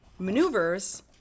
Maneuvers –